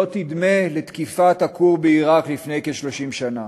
תדמה לתקיפת הכור בעיראק לפני כ-30 שנה.